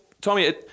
Tommy